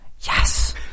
Yes